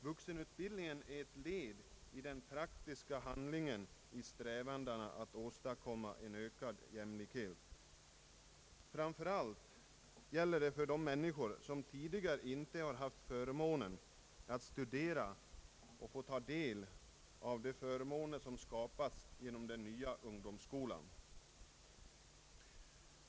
Denna är ett led i den praktiska handlingen, i strävandena att åstadkomma ökad jämlikhet. Framför allt öppnas här möjligheter till studier för de människor som tidigare inte haft förmånen att få studera och komma i åtnjutande av de förmåner som skapats genom den nya ungdomsskolan.